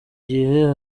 gihe